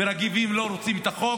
רגבים לא רוצים את החוק,